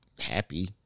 happy